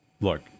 look